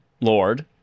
Lord